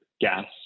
gas